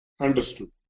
understood